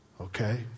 okay